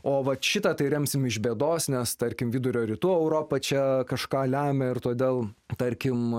o va šitą tai remsime iš bėdos nes tarkim vidurio rytų europa čia kažką lemia ir todėl tarkim